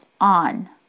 on